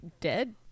dead